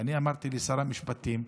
ואני אמרתי לשר המשפטים,